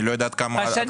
אני לא יודע עד כמה השתמשו.